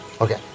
Okay